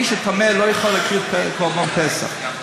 מי שטמא לא יכול להקריב קורבן פסח?